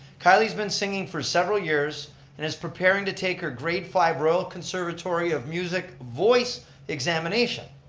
kylie's been singing for several years and is preparing to take her grade five royal conservatory of music voice examination.